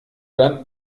dann